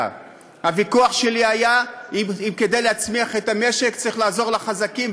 הוויכוח שלי היה אם כדי להצמיח את המשק צריך לעזור לחזקים,